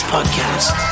Podcast